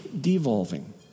devolving